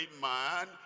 man